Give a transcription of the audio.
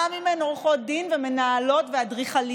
גם אם הן עורכות דין ומנהלות ואדריכליות,